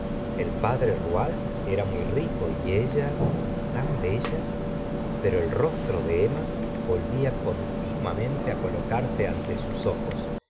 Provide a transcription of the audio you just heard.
el padre rouault era muy rico y ella tan bella pero el rostro de emma volvía continuamente colocarse ante sus ojos